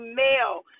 male